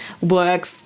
work